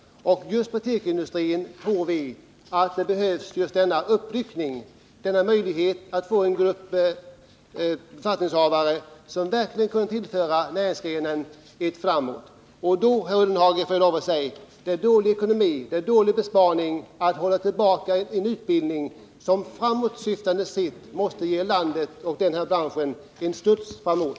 Vi tror att denna uppryckning behövs just inom tekoindustrin. En sådan grupp befattningshavare skulle verkligen kunna föra näringsgrenen ett steg framåt. Jag får lov att säga, herr Ullenhag, att det är dålig ekonomi att avstå från en utbildning som med tanke på framtiden skulle kunna ge branschen och hela landet en knuff framåt.